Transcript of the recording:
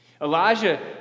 Elijah